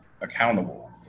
accountable